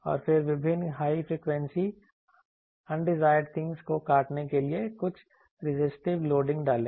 और फिर विभिन्न हाई फ्रीक्वेंसी अनडिजायरड चीजों को काटने के लिए कुछ रेजिस्टिव लोडिंग डालें